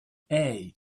hey